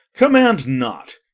command not!